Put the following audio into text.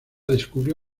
descubrió